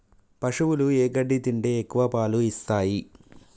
పశువులు ఏ గడ్డి తింటే ఎక్కువ పాలు ఇస్తాయి?